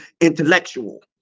intellectual